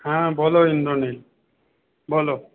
হ্যাঁ বলো ইন্দ্রনীল বলো